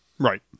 right